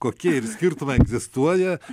tokie ir skirtumai egzistuoja